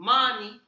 Money